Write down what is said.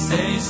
Say